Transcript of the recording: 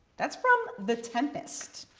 that's from the tempest.